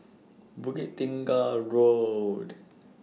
Bukit Tunggal Road